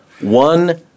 one